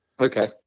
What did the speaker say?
Okay